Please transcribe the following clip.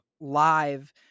live